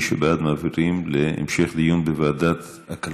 מי שבעד, מעבירים להמשך דיון בוועדת הכלכלה.